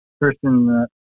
person